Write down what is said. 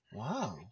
wow